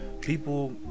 people